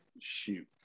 Shoot